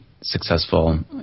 successful